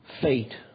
fate